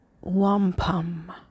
Wampum